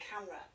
camera